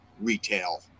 retail